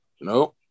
Nope